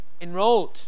enrolled